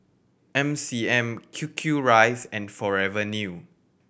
M C M Q Q Rice and Forever New